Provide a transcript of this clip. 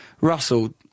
russell